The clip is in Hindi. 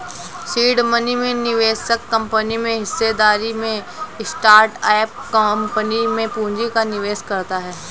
सीड मनी में निवेशक कंपनी में हिस्सेदारी में स्टार्टअप कंपनी में पूंजी का निवेश करता है